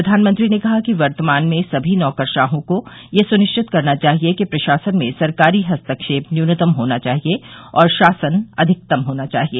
प्रधानमंत्री ने कहा कि वर्तमान में समी नौकरशाहों को यह सुनिश्चित करना चाहिए कि प्रशासन में सरकारी हस्ताक्षेप न्यूनतम होना चाहिए और शासन अधिकतम होना चाहिए